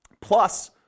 plus